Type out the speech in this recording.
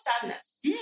sadness